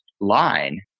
line